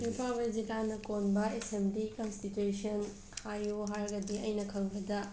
Imphal west ꯖꯤꯂꯥꯅ ꯀꯣꯟꯕ assembly constituency ꯍꯥꯏꯌꯣ ꯍꯥꯏꯔꯗꯤ ꯑꯩꯅ ꯈꯪꯕꯗ